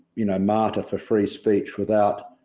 you know, martyr for free speech without